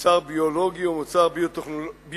מוצר ביולוגי או מוצר ביו-טכנולוגי,